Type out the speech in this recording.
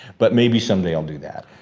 but maybe someday i'll do that.